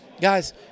guys